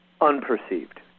unperceived